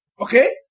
Okay